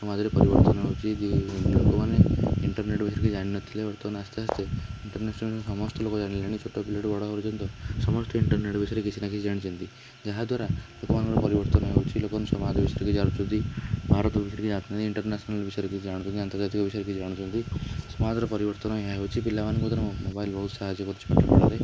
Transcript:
ସମାଜରେ ପରିବର୍ତ୍ତନ ହେଉଛି ଯେ ଲୋକମାନେ ଇଣ୍ଟରନେଟ ବିଷୟରେ କିଛି ଜାଣି ନଥିଲେ ବର୍ତ୍ତମାନ ଆସ୍ତେ ଆସ୍ତେ ଇଣ୍ଟରନେଟ ବିଷୟରେ ସମସ୍ତ ଲୋକ ଜାଣିଲେଣି ଛୋଟପିଲା ଠାରୁ ବଡ଼ ପର୍ଯ୍ୟନ୍ତ ସମସ୍ତେ ଇଣ୍ଟରନେଟ ବିଷୟରେ କିଛି ନା କିଛି ଜାଣିଛନ୍ତି ଯାହାଦ୍ୱାରା ଲୋକମାନଙ୍କର ପରିବର୍ତ୍ତନ ହେଉଛି ଲୋକମାନେ ସମାଜ ବିଷୟରେ କିଛି ଜାଣୁଛନ୍ତି ଭାରତ ବିଷୟରେ କିଛି ଜାଣୁଛନ୍ତି ଇଣ୍ଟେରନେଶନାଲ ବିଷୟରେ କିଛି ଜାଣୁଛନ୍ତି ଆନ୍ତର୍ଜାତୀକ ବିଷୟରେ କିଛି ଜାଣୁଛନ୍ତି ସମାଜର ପରିବର୍ତ୍ତନ ଏହା ହେଉଛି ପିଲାମାନଙ୍କୁ ବର୍ତ୍ତମାନ ମୋବାଇଲ ବହୁତ ସାହାଯ୍ୟ କରୁଛି ପାଠ ପଢ଼ାରେ